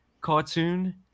cartoon